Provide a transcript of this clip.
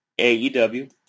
AEW